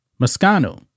Moscano